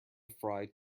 fry